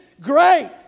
Great